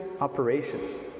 operations